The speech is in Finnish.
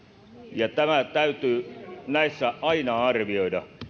tämä täytyy näissä aina arvioida